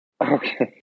Okay